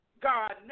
God